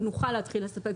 ונוכל להתחיל לספק שירותים.